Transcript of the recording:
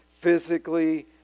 physically